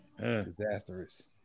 disastrous